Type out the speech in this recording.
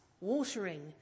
watering